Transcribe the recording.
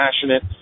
passionate